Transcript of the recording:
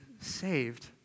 saved